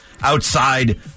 outside